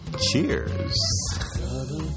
Cheers